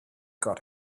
got